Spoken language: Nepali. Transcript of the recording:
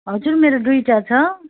हजुर मेरो दुईवटा छ